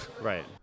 right